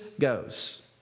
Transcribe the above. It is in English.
goes